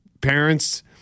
parents